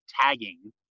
tagging